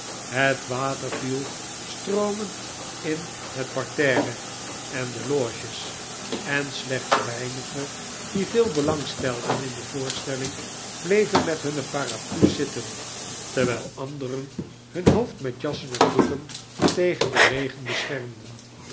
het water viel stroomend in het parterre en de loges en slechts weinigen die veel belang stelden in de voorstelling bleven met hunne paraplu's zitten terwijl anderen hun hoofd met jassen en doeken tegen den regen beschermden